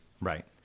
right